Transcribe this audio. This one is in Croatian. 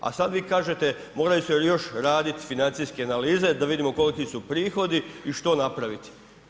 A sada vi kažete moraju se još raditi financijske analize da vidimo koliki su prihodi i što napraviti.